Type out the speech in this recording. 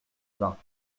bains